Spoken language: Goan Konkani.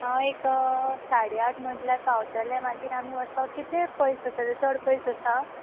हांव एक साडे आठ म्हटल्यार पावतलें मागीर आमी वचपाक कितलें पयस आसा तें चड पयस आसा